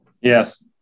Yes